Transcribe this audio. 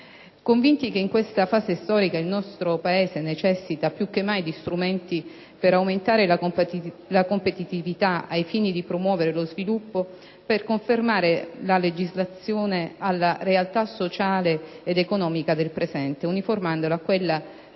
convinti che in questa fase storica il nostro Paese necessiti più che mai di strumenti per aumentare la competitività al fine di promuovere lo sviluppo, per conformare la legislazione alla realtà sociale ed economica del presente uniformandola a quella di